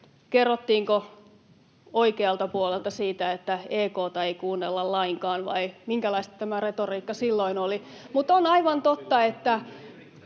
kerrottiinko oikealta puolelta siitä, että EK:ta ei kuunnella lainkaan vai minkälaista tämä retoriikka silloin oli. [Mika Lintilä: